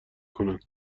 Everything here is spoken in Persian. کنند